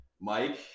Mike